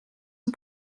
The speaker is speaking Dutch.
een